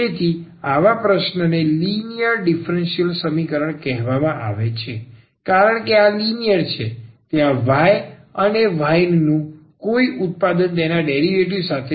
તેથી આવા પ્રશ્નને લિનિયર ડીફરન્સીયલ સમીકરણ કહેવામાં આવે છે કારણ કે આ લિનિયર છે ત્યાં y અથવા y નું કોઈ ઉત્પાદન તેના ડેરિવેટિવ સાથે નથી